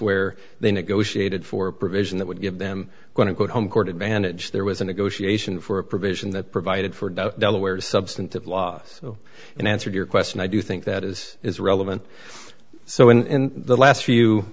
where they negotiated for a provision that would give them going to quote home court advantage there was a negotiation for a provision that provided for delaware substantive laws and answered your question i do think that is is relevant so in the last few